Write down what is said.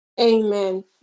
Amen